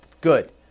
Good